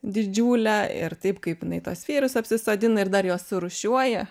didžiulę ir taip kaip jinai tuos vyrus apsisodina ir dar juos surūšiuoja